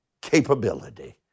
capability